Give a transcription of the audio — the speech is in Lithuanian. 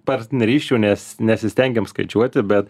partnerysčių nes nesistengiam skaičiuoti bet